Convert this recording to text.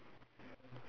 how many cards are there